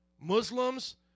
Muslims